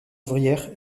ouvrière